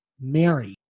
mary